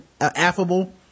affable